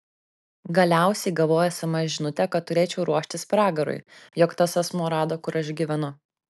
galiausiai gavau sms žinutę kad turėčiau ruoštis pragarui jog tas asmuo rado kur aš gyvenu